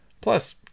Plus